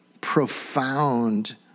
profound